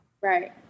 Right